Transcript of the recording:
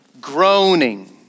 groaning